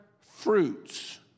fruits